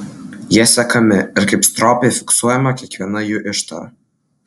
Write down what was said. jie sekami ir kaip stropiai fiksuojama kiekviena jų ištara